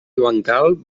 bancal